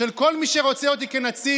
של כל מי שרוצה אותי כנציג,